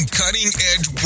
cutting-edge